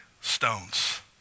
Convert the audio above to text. stones